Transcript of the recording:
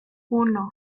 uno